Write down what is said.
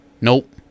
Nope